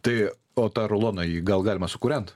tai o tą ruloną jį gal galima sukūrent